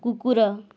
କୁକୁର